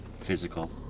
physical